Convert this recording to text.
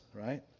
right